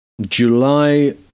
July